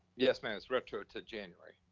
yes ma'am, it's retro to january.